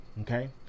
Okay